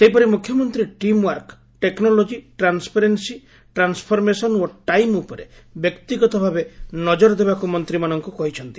ସେହପରି ମୁଖ୍ୟମନ୍ତୀ team work technology transparency transformation ଓ ଟାଇମ୍ ଉପରେ ବ୍ୟକ୍ତିଗତ ଭାବେ ନଜର ଦେବାକୁ ମନ୍ତୀମାନଙ୍କୁ କହିଛନ୍ତି